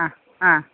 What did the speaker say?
ആ ആ